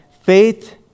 faith